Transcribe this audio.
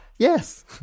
Yes